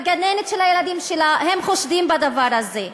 הגננת של הילדים שלה, הם חושדים בדבר הזה,